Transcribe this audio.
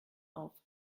auf